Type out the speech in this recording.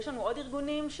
ננה בר